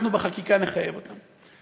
אנחנו בחקיקה נחייב אותם.